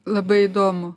labai įdomu